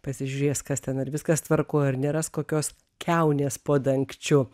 pasižiūrės kas ten ar viskas tvarkoj ar neras kokios kiaunės po dangčiu